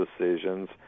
decisions